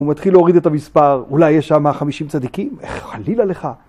הוא מתחיל להוריד את המספר, אולי יש שמה 150 צדיקים? חלילה לך.